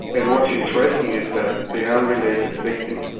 and what's interesting is that the unrelated victim,